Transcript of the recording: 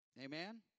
Amen